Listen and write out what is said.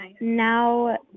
now